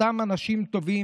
אותם אנשים טובים,